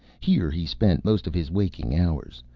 here he spent most of his waking hours.